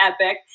epic